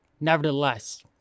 nevertheless